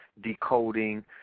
decoding